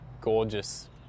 gorgeous